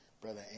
Brother